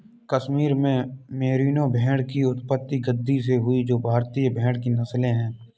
कश्मीर और मेरिनो भेड़ की उत्पत्ति गद्दी से हुई जो भारतीय भेड़ की नस्लें है